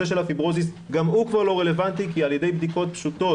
של הפיברוזיס גם הוא כבר לא רלוונטי כי על ידי בדיקות פשוטות,